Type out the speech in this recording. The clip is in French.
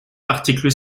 l’article